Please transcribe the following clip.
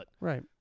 Right